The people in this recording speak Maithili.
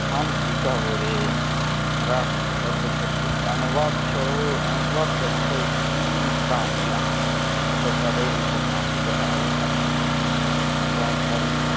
हम की कहबौ रे हमरा सबके तऽ अनुभव छौ अनुभव तऽ छौ कि ई तऽ किछु तऽ करै नहि छै अपना सबके राज्यमे अथी सबमे गाँव घरमे